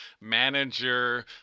manager